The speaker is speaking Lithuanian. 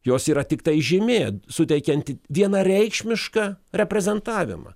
jos yra tiktai žymė suteikianti vienareikšmišką reprezentavimą